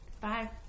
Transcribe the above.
Bye